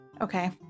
Okay